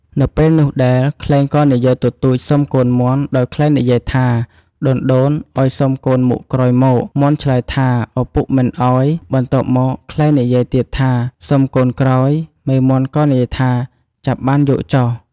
នៅពេលនោះដែលខ្លែងក៏និយាយទទូចសុំកូនមាន់ដោយខ្លែងនិយាយថាដូនៗឱ្យសុំកូនមុខ ក្រោយមកមាន់ឆ្លើយថាឪពុកមិនឱ្យ បន្ទាប់មកខ្លែងនិយាយទៀតថាសុំកូនក្រោយ មេមាន់ក៏និយាយថា ចាប់បានយកចុះ។